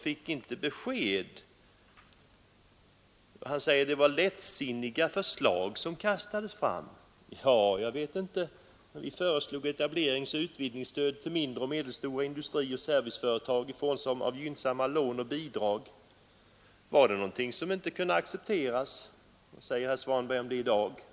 Det var bara lättsinniga förslag som kastades fram, sade herr Svanberg. Men var det så lättsinnigt? Vi föreslog etableringsoch utvidgningsstöd till mindre och medelstora industrier och serviceföretag i form av gynnsamma lån och bidrag. Var det någonting som inte kunde accepteras? Vad säger herr Svanberg om det förslaget i dag?